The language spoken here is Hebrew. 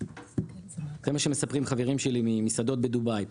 זה מה שמספרים חברים שלי ממסעדות בדובאי.